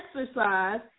exercise